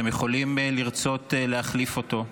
אתם יכולים לרצות להחליף אותו,